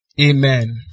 amen